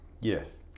Yes